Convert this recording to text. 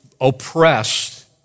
oppressed